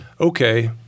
okay